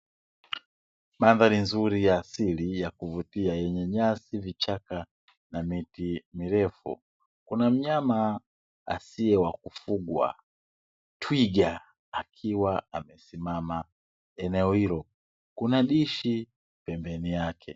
Mandhari nzuri ya asili yakuvutia yenye nyasi, vichaka na miti mirefu kuna mnyama asiye wa kufuga twiga akiwa amesimama eneo hilo, kuna dishi pembeni yake.